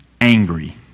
angry